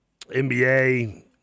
NBA